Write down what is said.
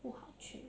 不好吃